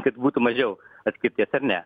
kad būtų mažiau atskirties ar ne